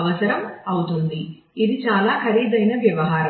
అవసరం అవుతుంది ఇది చాలా ఖరీదైన వ్యవహారం